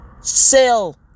sell